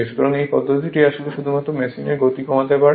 সুতরাং এই পদ্ধতিটি আসলে শুধুমাত্র মেশিনের গতি কমাতে পারে